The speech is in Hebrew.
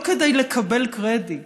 לא כדי לקבל קרדיט,